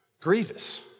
grievous